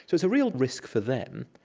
so it's a real risk for them,